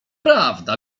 prawda